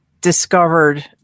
discovered